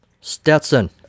Stetson